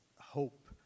hope